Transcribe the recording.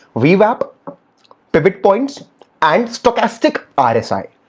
vwap, pivot points and stochastic ah rsi.